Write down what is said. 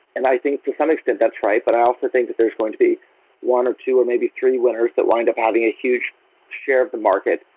and i think to some extent that's right, but i also think that there's going to be one, or two, or maybe three winners that wind up having a huge share of the market,